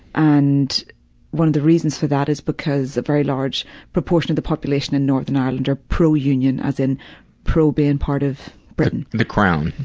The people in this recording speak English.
and one of the reasons for that is because a very large proportion of the population in northern ireland are pro-union, as in pro-being and part of britain. the crown.